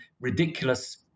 ridiculous